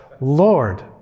Lord